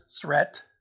threat